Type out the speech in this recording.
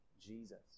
Jesus